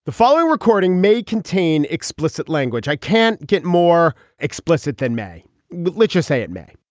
the following recording may contain explicit language i can't get more explicit than may literacy it may